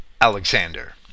Alexander